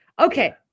okay